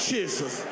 Jesus